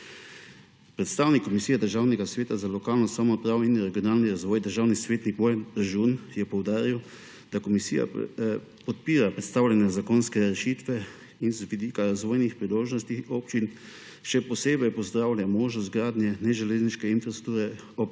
Predstavnik Komisije Državnega sveta za lokalno samoupravo in regionalni razvoj državni svetnik Bojan Režun je poudaril, da komisija podpira predstavljene zakonske rešitve in z vidika razvojnih priložnosti občin še posebej pozdravlja možnost gradnje neželezniške infrastrukture ob